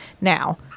Now